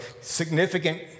significant